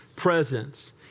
Presence